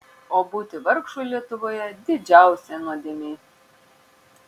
o būti vargšui lietuvoje didžiausia nuodėmė